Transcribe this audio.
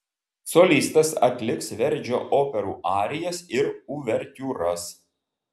solistas atliks verdžio operų arijas ir uvertiūras